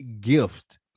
gift